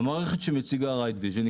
אין כרגע תקינה למערכת שמציגה ridevision.